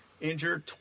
injured